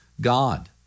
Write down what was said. God